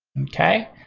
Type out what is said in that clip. okay?